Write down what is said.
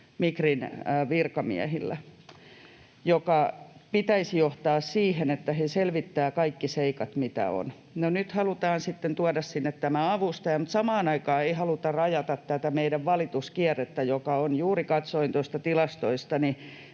Migrin virkamiehillä, minkä pitäisi johtaa siihen, että he selvittävät kaikki seikat, mitä on. No nyt halutaan sitten tuoda sinne tämä avustaja, mutta samaan aikaan ei haluta rajata tätä meidän valituskierrettä. Juuri katsoin tuosta tilastoista,